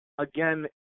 Again